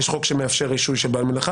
יש חוק שמאפשר רישוי של בעל מלאכה,